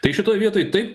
tai šitoj vietoj taip